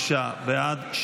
נגד.